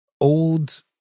old